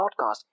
podcast